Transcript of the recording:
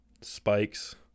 spikes